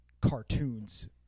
cartoons